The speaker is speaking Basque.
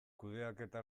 kudeaketa